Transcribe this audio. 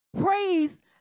Praise